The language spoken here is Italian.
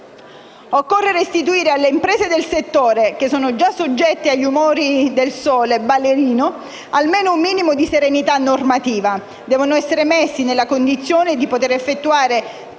Occorre restituire alle imprese del settore, già soggette agli umori del sole almeno un minimo di serenità normativa, affinché siano messe nelle condizioni di poter effettuare